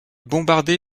bombardé